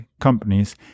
companies